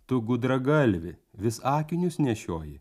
tu gudragalvi vis akinius nešioji